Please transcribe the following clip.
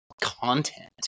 content